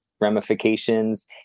ramifications